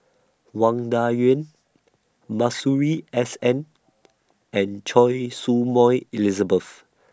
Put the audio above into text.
Wang Dayuan Masuri S N and Choy Su Moi Elizabeth